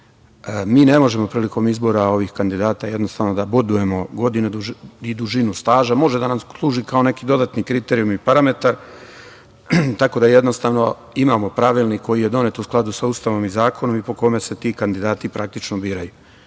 ne možemo prilikom izbora ovih kandidata jednostavno da bodujemo godine i dužinu staža. Može da nam služi kao neki dodatni kriterijum i parametar. Tako da, jednostavno imamo pravilnik koji je donet u skladu sa Ustavom i zakonom i po kome se ti kandidati praktično biraju. Imamo